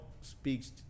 speaks